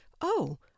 Oh